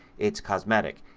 it's cosmetic.